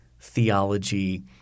theology